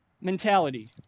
mentality